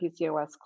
PCOS